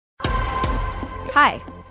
Hi